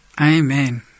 Amen